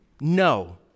no